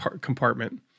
compartment